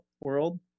world